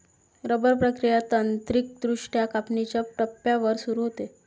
rubber प्रक्रिया तांत्रिकदृष्ट्या कापणीच्या टप्प्यावर सुरू होते